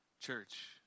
Church